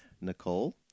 Nicole